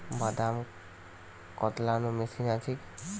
বাদাম কদলানো মেশিন আছেকি?